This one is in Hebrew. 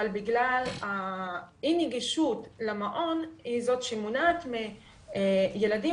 אבל בגלל אי נגישות למעון זה מונע מילדים